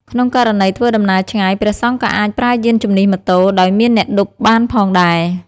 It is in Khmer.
ក្នុងករណីធ្វើដំណើរឆ្ងាយ ព្រះសង្ឃក៏អាចប្រើយានជំនិះម៉ូតូ ដោយមានអ្នកឌុបបានផងដែរ ។